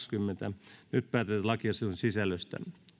nyt päätetään lakiehdotuksen sisällöstä